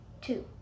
Two